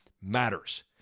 matters